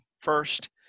first